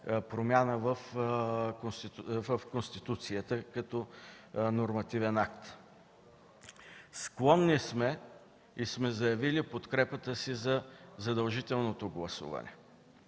промяна в Конституцията като нормативен акт. Склонни сме и сме заявили подкрепата си за задължителното гласуване